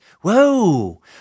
Whoa